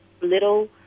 little